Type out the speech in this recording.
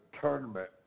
tournament